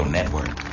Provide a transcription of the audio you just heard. Network